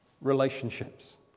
Relationships